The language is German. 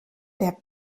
der